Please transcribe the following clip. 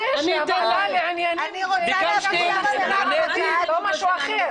אני רוצה להבין למה מריב חג'אג' לא יכולה לדבר.